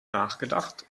nachgedacht